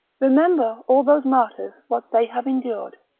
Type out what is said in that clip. remember all those martyrs what they have endured,